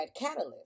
catalyst